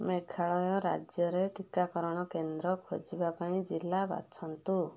ମେଘାଳୟ ରାଜ୍ୟରେ ଟିକାକରଣ କେନ୍ଦ୍ର ଖୋଜିବା ପାଇଁ ଜିଲ୍ଲା ବାଛନ୍ତୁ